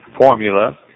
formula